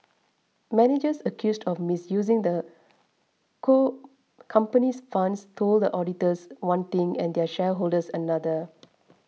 managers accused of misusing the cool comopany's funds told auditors one thing and their shareholders another